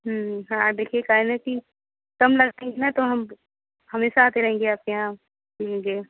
देखिए का हैना कि कम लगाएँगे तो ना हम हमेशा आते रहेंगे आपके यहाँ ठीक है